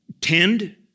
tend